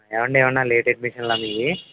ఏమండీ ఏమైనా లేట్ అడ్మిషన్లా మీవి